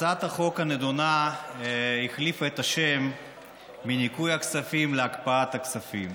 הצעת החוק הנדונה החליפה את השם מ"ניכוי הכספים" ל"הקפאת הכספים".